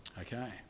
Okay